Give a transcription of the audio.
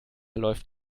läuft